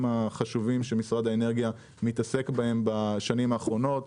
החשובים שמשרד האנרגיה מתעסק בהם בשנים האחרונות.